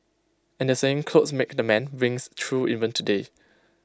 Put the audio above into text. and the saying clothes make the man rings true even today